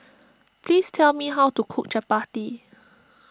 please tell me how to cook Chappati